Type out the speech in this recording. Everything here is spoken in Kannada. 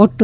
ಒಟ್ಟು